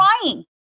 crying